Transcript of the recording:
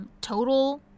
total